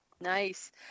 Nice